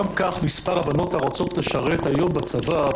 גם כך מספר הבנות הרוצות לשרת היום בצבא,